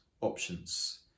options